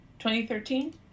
2013